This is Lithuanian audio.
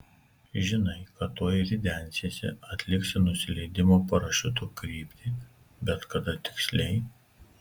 žinai kad tuoj ridensiesi atliksi nusileidimo parašiutu krytį bet kada tiksliai